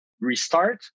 restart